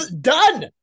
done